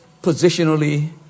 positionally